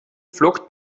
flockt